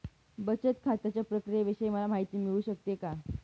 बचत खात्याच्या प्रक्रियेविषयी मला माहिती मिळू शकते का?